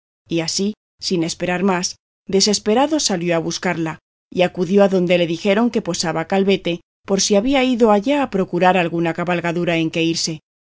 y así sin esperar más desesperado salió a buscarla y acudió adonde le dijeron que posaba calvete por si había ido allá a procurar alguna cabalgadura en que irse